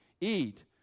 eat